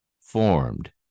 formed